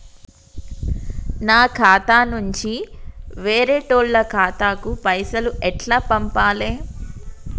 నా ఖాతా నుంచి వేరేటోళ్ల ఖాతాకు పైసలు ఎట్ల పంపాలే?